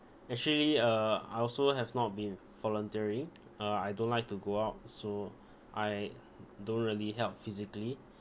actually uh I also have not been volunteering uh I don't like to go out so I don't really help physically